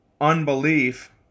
unbelief